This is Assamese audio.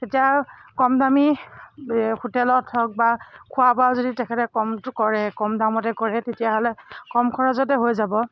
তেতিয়া কমদামী হোটেলত হওক বা খোৱা বোৱাও যদি তেখেতে কমটো কৰে কম দামতে কৰে তেতিয়াহ'লে কম খৰচতে হৈ যাব